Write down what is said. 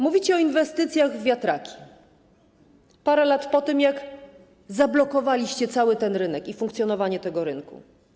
Mówicie o inwestycjach w wiatraki parę lat po tym, jak zablokowaliście cały ten rynek, funkcjonowanie tego rynku.